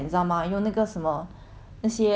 那些保鲜膜他们 wrap 住